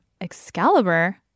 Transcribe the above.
Excalibur